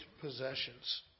possessions